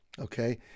okay